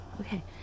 Okay